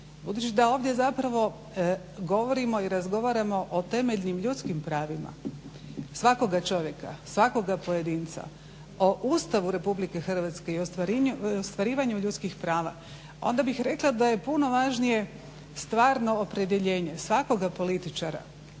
Budući da ovdje govorimo i razgovaramo o temeljnim ljudskim pravima svakoga čovjeka, svakoga pojedinca o Ustavu RH i ostvarivanju ljudskih prava, onda bih rekla da je puno važnije stvarno opredjeljenje svakoga političara